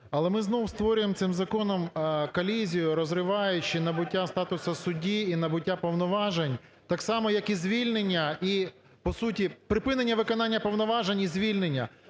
Але ми знову створюємо цим законом колізію, розриваючи набуття статусу судді і набуття повноважень, так само, як і звільнення і… по суті, припинення виконання повноважень і звільнення.